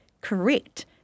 correct